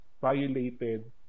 violated